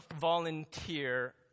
volunteer